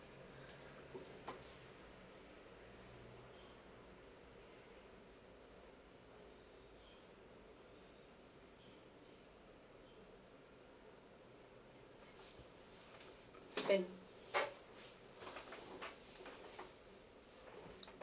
ten